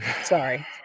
Sorry